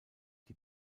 die